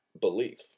belief